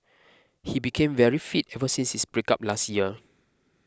he became very fit ever since his breakup last year